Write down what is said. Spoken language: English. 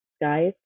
Guys